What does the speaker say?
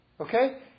Okay